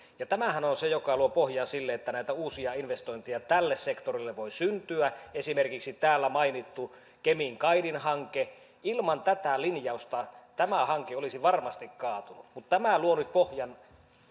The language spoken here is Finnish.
tämähän on on se joka luo pohjaa sille että näitä uusia investointeja tälle sektorille voi syntyä esimerkiksi täällä mainittu kemin kaivinhanke ilman tätä linjausta olisi varmasti kaatunut mutta tämä luo nyt pohjan